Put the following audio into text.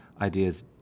ideas